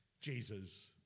Jesus